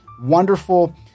wonderful